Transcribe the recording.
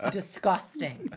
Disgusting